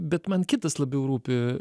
bet man kitas labiau rūpi